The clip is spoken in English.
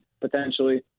potentially